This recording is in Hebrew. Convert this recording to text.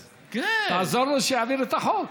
אז תעזור לו שיעביר את החוק.